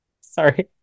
sorry